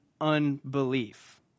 unbelief